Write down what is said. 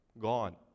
gone